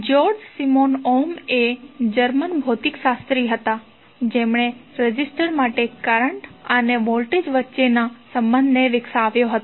George Simon Ohm એ German ભૌતિકશાસ્ત્રી હતા જેમણે રેઝિસ્ટર માટે કરંટ અને વોલ્ટેજ વચ્ચેના સંબંધને વિકસાવ્યો હતો